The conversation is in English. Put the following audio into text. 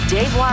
Dave